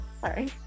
Sorry